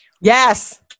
yes